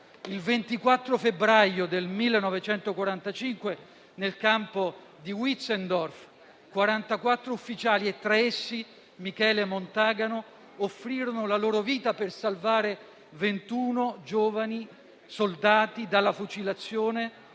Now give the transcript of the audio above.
Il 24 febbraio 1945, nel campo di Wietzendorf, quarantaquattro ufficiali - e tra essi Michele Montagano - offrirono la loro vita per salvare ventuno giovani soldati dalla fucilazione